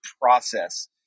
process